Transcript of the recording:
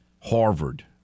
Harvard